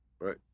right